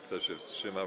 Kto się wstrzymał?